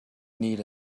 need